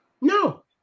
No